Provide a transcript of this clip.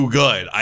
good